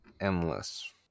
endless